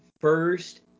first